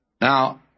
Now